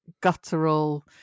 guttural